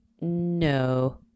No